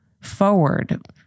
forward